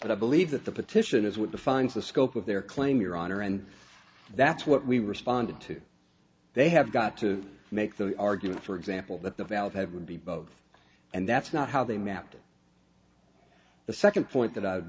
but i believe that the petition is what defines the scope of their claim your honor and that's what we responded to they have got to make the argument for example that the valve have would be both and that's not how they mapped it the second point that i